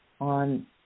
on